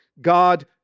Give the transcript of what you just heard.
God